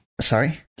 Sorry